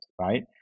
right